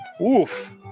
Oof